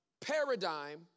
paradigm